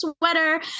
sweater